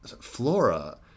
Flora